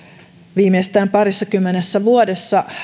viimeistään parissakymmenessä vuodessa